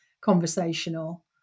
conversational